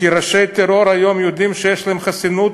כראשי טרור הם יודעים היום שיש להם חסינות,